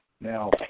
Now